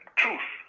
truth